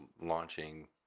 launching